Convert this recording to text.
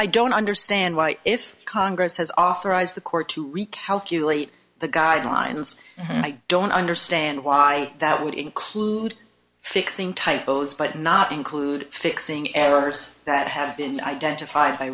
i don't understand why if congress has authorized the court to recalculate the guidelines i don't understand why that would include fixing typos but not include fixing errors that have been identif